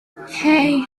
hey